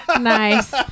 nice